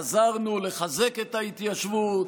חזרנו לחזק את ההתיישבות.